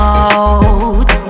out